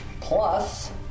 Plus